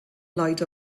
lloyd